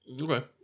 Okay